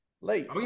late